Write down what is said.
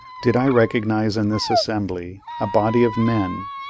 did i recognise in this assembly, a body of men,